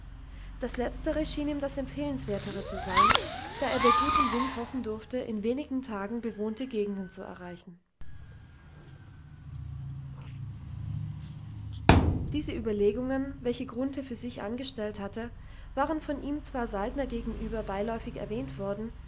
das letztere schien ihm das empfehlenswertere zu sein da er bei gutem wind hoffen durfte in wenigen tagen bewohnte gegenden zu erreichen diese überlegungen welche grunthe für sich angestellt hatte waren von ihm zwar saltner gegenüber beiläufig erwähnt worden